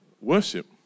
worship